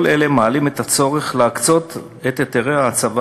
כל אלה מעלים את הצורך להקצות את היתרי ההצבה